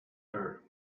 her